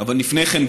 אבל לפני כן,